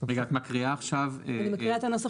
רגע את מקריאה עכשיו -- אני מקריאה את הנוסח